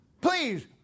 Please